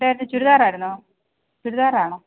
എന്തായിരുന്നു ചുരിദാറയിരുന്നോ ചുരിദാറാണോ